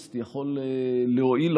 להפך,